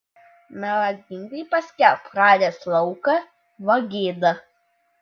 melagingai paskelbk radęs lauką va gėda